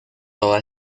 toda